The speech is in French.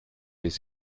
les